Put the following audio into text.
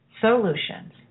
solutions